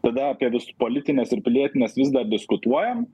tada apie vis politines ir pilietines vis dar diskutuojam